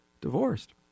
divorced